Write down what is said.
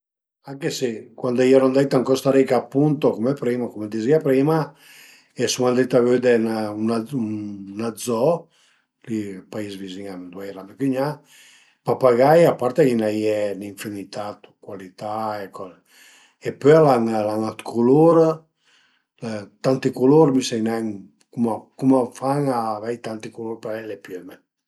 Anche se cuandu a i eru andà ën Costa Rica apunto cume prima, cume dizìa prima, sun andait a vëde ün zoo ënt ün pais vizin a ëndua a i era me cügnà, papagai, a parte ch'a n'a ie ën infinità de cualità e coze e pöi al an dë culur, tanti culur, mi sai nen cum a fan a avei tanti culur parei le piüme